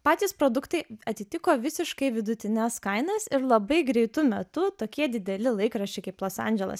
patys produktai atitiko visiškai vidutines kainas ir labai greitu metu tokie dideli laikraščiai kaip los andželas